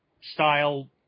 style